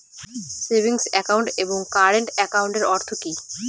Savings account এবং current একাউন্টের অর্থ কি?